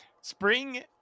Spring